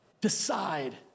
Decide